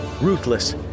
ruthless